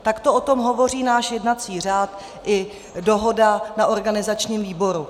Takto o tom hovoří náš jednací řád i dohoda na organizačním výboru.